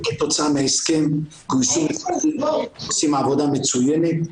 כתוצאה מההסכם גויסו מפקחים שעושים עבודה מצוינת.